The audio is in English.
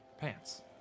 Pants